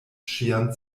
ŝian